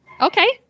Okay